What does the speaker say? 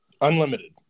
Unlimited